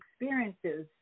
experiences